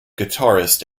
guitarist